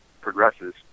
progresses